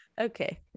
Okay